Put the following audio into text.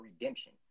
redemption